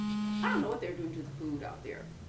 i don't know what they're doing to the food out there,